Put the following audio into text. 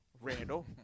Randall